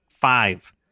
Five